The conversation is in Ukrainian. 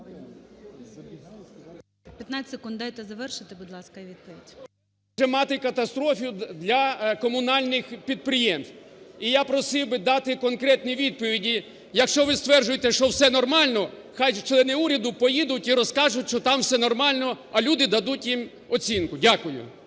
15 секунд дайте завершити, будь ласка, і відповідь. 11:12:48 ЛИТВИН В.М. … мати катастрофу для комунальних підприємств. І я просив би дати конкретні відповіді, якщо ви стверджуєте, що все нормально, нехай члени уряду поїдуть і розкажуть, що там все нормально, а люди дадуть їм оцінку. Дякую.